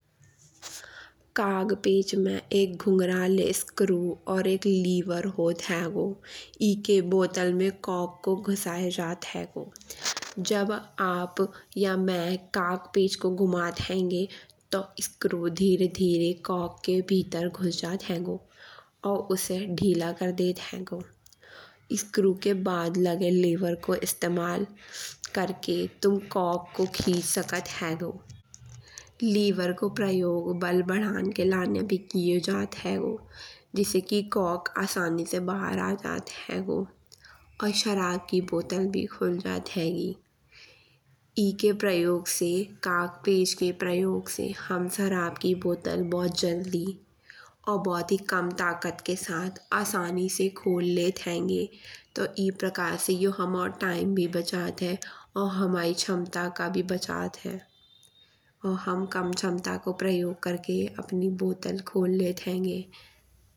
कागपेंच में एक घुंघराले स्क्र्यू और एक लीवर होत हैगो। इकी बोतल में कॉर्क को घुसाये जात हैगो। जब आप या मैं कागपेंच को घुमात हेन्गे तो स्क्र्यू धीरे धीरे कॉर्क के भीतर घुस जात हैगो। और उसे ढीला कर देत हैगो। स्क्र्यू के बाद लगे लीवर को इस्तेमाल करके तुम कॉर्क को खींच सकत हैगो। लीवर को प्रयोग बल बदान के लाने भी करौ जात हैगो। जिसे की कॉर्क आसानी से बाहर आ जात हैगो। और शराब की बोतल भी खुल जात हेगी। एके प्रयोग से कागपेंच के प्रयोग से हाम शराब की बोतल बहुत जल्दी और बहुत ही कम ताकत के साथ आसानी से खोल लेत हेन्गे। तो ई प्रकार से यो हमाओ टाइम भी बचत है। और हमाई क्षमता का भी बचत है। और हाम कम क्षमता का प्रयोग करके आपनी बोतल खोल लेत हेन्गे।